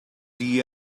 the